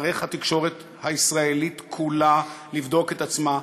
תצטרך התקשורת הישראלית כולה לבדוק את עצמה,